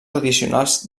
addicionals